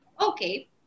Okay